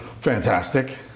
Fantastic